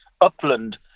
upland